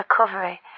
recovery